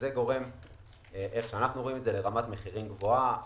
זה גורם לרמת מחירים גבוהה,